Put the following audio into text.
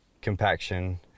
compaction